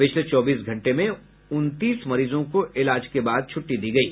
पिछले चौबीस घंटे में उनतीस मरीजों को इलाज के बाद छुट्टी दी गयी